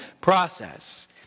process